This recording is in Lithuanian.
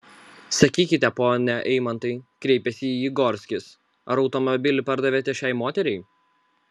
sakykite pone eimantai kreipėsi į jį gorskis ar automobilį pardavėte šiai moteriai